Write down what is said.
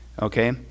Okay